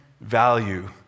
value